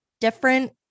Different